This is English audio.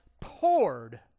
poured